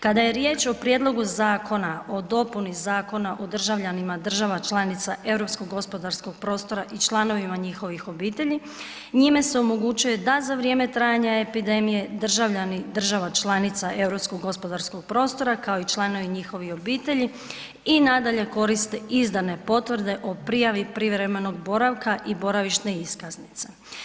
Kada je riječ o Prijedlogu zakona o dopuni Zakona o državljanima država članica europskog gospodarskog prostora i članovima njihovih obitelji, njime se omogućuje da za vrijeme trajanja epidemije državljani država članica europskog gospodarskog prostora kao i članovi njihovih obitelji i nadalje koriste izdane potvrde o prijavi privremenog boravka i boravišne iskaznice.